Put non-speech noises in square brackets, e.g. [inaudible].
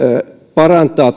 parantaa [unintelligible]